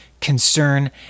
concern